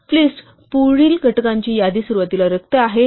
फ्लिस्ट पुढील घटकांची यादी सुरुवातीला रिक्त आहे